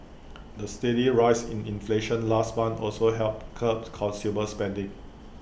the steady rise in inflation last month also helped curb consumer spending